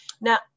Now